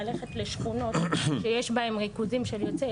ללכת לשכונות שיש בהם ריכוזים של יוצאי